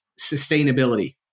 sustainability